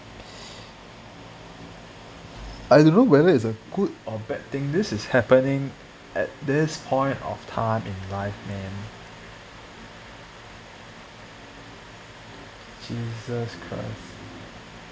I don't know whether it's a good or bad thing this is happening at this point of time in life man jesus christ